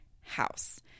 house